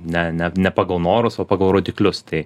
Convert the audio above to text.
ne ne ne pagal norus o pagal rodiklius tai